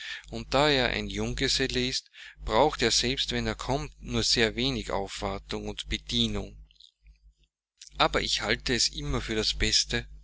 und da er ein junggeselle ist braucht er selbst wenn er kommt nur sehr wenig aufwartung und bedienung aber ich halte es immer für das beste